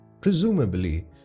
Presumably